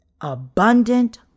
abundant